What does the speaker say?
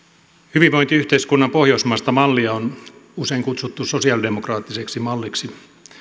hyvinvointiyhteiskunnan pohjoismaista mallia on usein kutsuttu sosialidemokraattiseksi malliksi